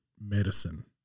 medicine